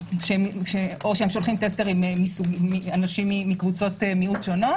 או ששולחים טסטרים מקבוצות מיעוט שונות